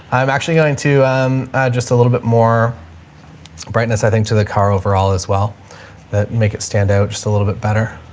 i'm actually going to um just a little bit more brightness i think to the car overall as well that make it stand out just a little bit better.